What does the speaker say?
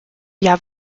jahr